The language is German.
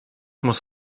muss